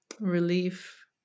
relief